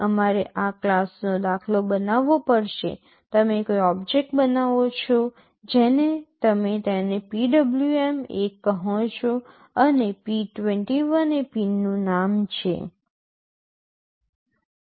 અમારે આ ક્લાસનો દાખલો બનાવવો પડશે તમે કોઈ ઓબ્જેક્ટ બનાવો છો જેને તમે તેને PWM1 કહો છો અને p21 એ પિનનું નામ છે